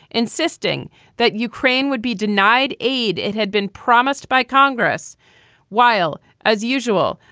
insisting that ukraine would be denied aid. it had been promised by congress while, as usual,